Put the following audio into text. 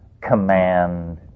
command